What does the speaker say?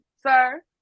Sir